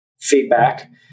feedback